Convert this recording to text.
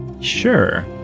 Sure